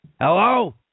Hello